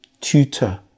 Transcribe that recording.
tutor